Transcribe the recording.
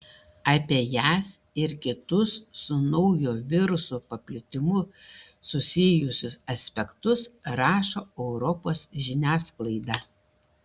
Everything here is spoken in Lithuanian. apie jas ir kitus su naujo viruso paplitimu susijusius aspektus rašo europos žiniasklaida